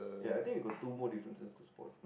ya I think we got two more differences to spot